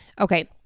Okay